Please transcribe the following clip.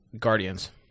Guardians